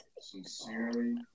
Sincerely